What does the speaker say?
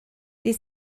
die